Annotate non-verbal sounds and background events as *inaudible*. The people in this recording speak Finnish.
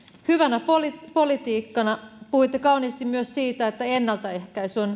hyvänä politiikkana puhuitte kauniisti myös siitä että ennaltaehkäisy *unintelligible*